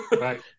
Right